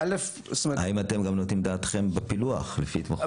האם אתם נותנים דעתכם גם בפילוח לפי התמחויות?